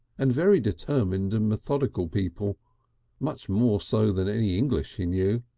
and very determined and methodical people much more so than any english he knew.